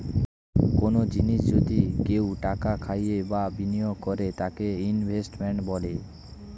কনো জিনিসে যদি কেউ টাকা খাটায় বা বিনিয়োগ করে তাকে ইনভেস্টমেন্ট বলে